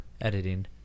editing